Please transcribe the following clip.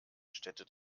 städte